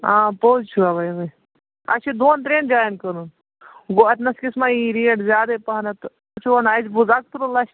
آ پوٚز چھُ اَوٕے اَسہِ چھِ دۄن ترٛٮ۪ن جایَن کٕنُن گوٚو اَتنَس کِس ما یی ریٹ زیادَے پَہنَتھ تہٕ تُہۍ چھُو وَنان اَسہِ بوٗز اَکترٛہ لَچھ تہٕ